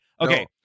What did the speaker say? Okay